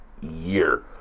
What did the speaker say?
year